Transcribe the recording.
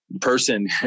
person